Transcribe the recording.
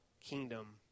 kingdom